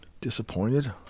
disappointed